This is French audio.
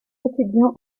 étudiant